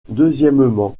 deuxièmement